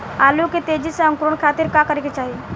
आलू के तेजी से अंकूरण खातीर का करे के चाही?